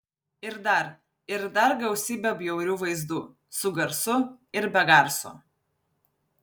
ir dar ir dar gausybę bjaurių vaizdų su garsu ir be garso